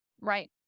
Right